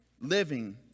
living